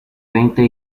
veinte